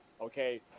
Okay